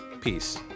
peace